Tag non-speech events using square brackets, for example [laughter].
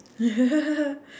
[laughs]